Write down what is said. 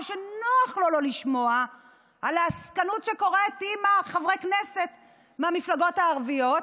או שנוח לו לא לשמוע על העסקנות שקורית עם חברי הכנסת מהמפלגות הערביות.